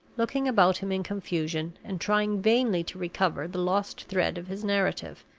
looking about him in confusion, and trying vainly to recover the lost thread of his narrative.